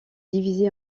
divisé